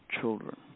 children